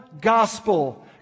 gospel